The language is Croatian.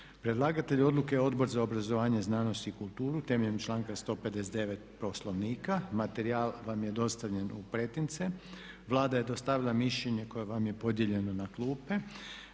Predlagatelj odluke je Odbor za obrazovanje, znanost i kulturu temeljem članka 159. Poslovnika. Materijal vam je dostavljen u pretince. Vlada je dostavila mišljenje koje vam je podijeljeno na klupe.